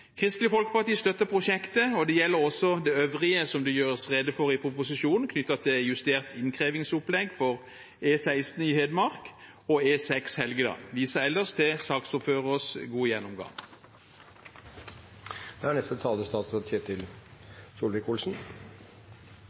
Kristelig Folkeparti støtter prosjektet, og det gjelder også det øvrige som det gjøres rede for i proposisjonen, knyttet til justert innkrevingsopplegg for E16 i Hedmark og E6 Helgeland. Jeg viser ellers til saksordførerens gode gjennomgang. Jeg er